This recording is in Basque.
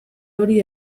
hori